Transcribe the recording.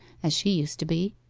as she used to be.